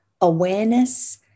awareness